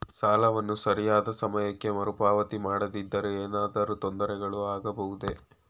ಸಾಲವನ್ನು ಸರಿಯಾದ ಸಮಯಕ್ಕೆ ಮರುಪಾವತಿ ಮಾಡದಿದ್ದರೆ ಏನಾದರೂ ತೊಂದರೆಗಳು ಆಗಬಹುದೇ?